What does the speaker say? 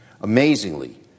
Amazingly